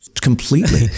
Completely